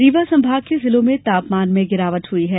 रीवा संभाग के जिलों में तापमान में गिरावट हुई है